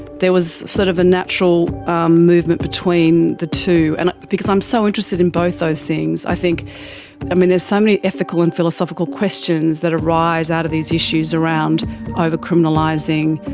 there was sort of a natural movement between the two. and because i'm so interested in both those things, i think i mean, there are so many ethical and philosophical questions that arise out of these issues around over-criminalising,